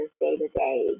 day-to-day